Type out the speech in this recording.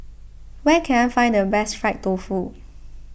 where can I find the best Fried Tofu